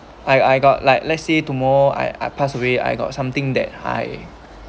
I I got like let's say tomorrow I I pass away I got something that I